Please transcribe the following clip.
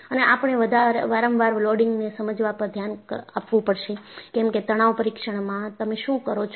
અને આપણે વારંવાર લોડિંગને સમજવા પર ધ્યાન આપવું પડશે કેમકે તણાવ પરીક્ષણમાં તમે શું કરો છો